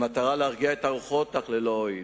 במטרה להרגיע את הרוחות, אך ללא הועיל.